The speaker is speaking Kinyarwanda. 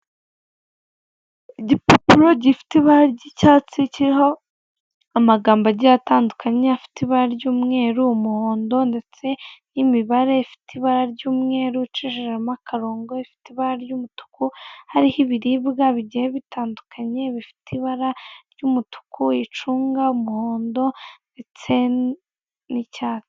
Igipapuro gifite ibara ry'icyatsi kiriho amagambo agiye atandukanye afite ibara ry'umweru, umuhondo ndetse n'imibare ifite ibara ry'umweru ucishijemo akarongo ifite ibara ry'umutuku hariho ibiribwa bigiye bitandukanye bifite ibara ry'umutuku, icunga, umuhondo ndetse n'icyatsi.